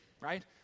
right